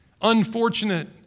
unfortunate